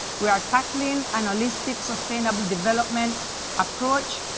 we are tackling an holistic sustainable development approach,